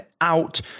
out